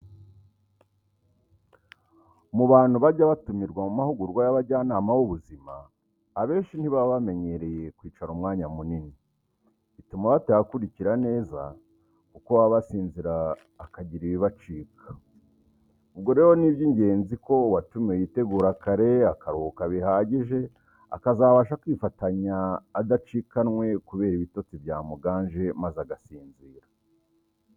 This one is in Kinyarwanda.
Mu bantu bajya batumirwa mu mahugurwa y'abajyanama b'ubuzima, abenshi ntibaba bamenyereye kwicara umwanya munini, bituma batayakurikira neza, kuko baba basinzira hakagira ibibacika, ubwo rero ni iby'ingenzi ko uwatumiwe yitegura kare, akaruhuka bihagije, akazabasha kwifatanya adacikanwe kubera ibitotsi byamuganje maze agasinzira.